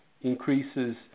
increases